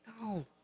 No